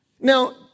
Now